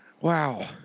wow